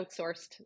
outsourced